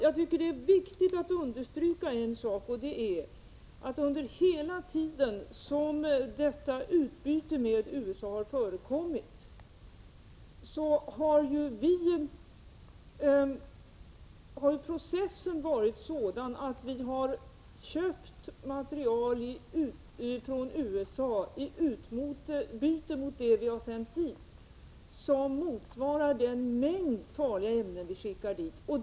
Jag tycker att det är viktigt att understryka en sak, och det är att under hela den tid som detta utbyte med USA har förekommit, har processen varit sådan att vi har köpt material från USA i utbyte mot det material vi har sänt dit, vilket motsvarar den mängd farliga ämnen vi skickar dit.